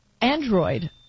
Android